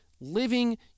living